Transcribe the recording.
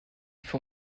für